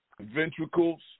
ventricles